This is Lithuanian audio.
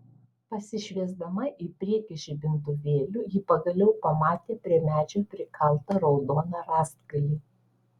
pasišviesdama į priekį žibintuvėliu ji pagaliau pamatė prie medžio prikaltą raudoną rąstgalį